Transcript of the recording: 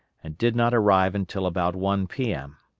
and did not arrive until about one p m.